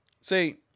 see